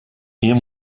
hier